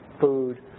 food